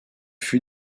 fut